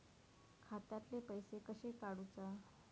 खात्यातले पैसे कशे काडूचा?